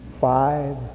Five